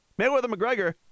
Mayweather-McGregor